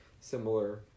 similar